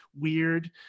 weird